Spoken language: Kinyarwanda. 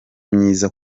myiza